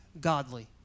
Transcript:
godly